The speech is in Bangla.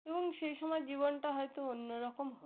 এবং সেই সময় জীবনটা হয়তো অন্য রকম হতো